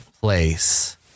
place